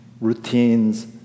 routines